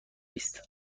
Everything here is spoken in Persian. است